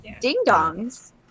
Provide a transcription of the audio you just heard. ding-dongs